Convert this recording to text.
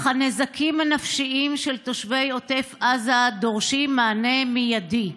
אך הנזקים הנפשיים של תושבי עוטף עזה דורשים מענה מיידי.